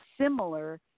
similar